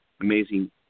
amazing